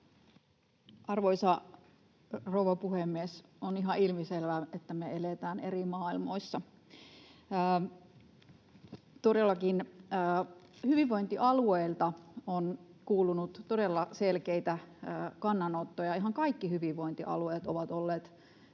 Arvoisa rouva puhemies! On ihan ilmiselvää, että me eletään eri maailmoissa. Todellakin hyvinvointialueilta on kuulunut todella selkeitä kannanottoja. Ihan kaikki hyvinvointialueet ovat olleet